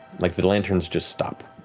like the lanterns just stop.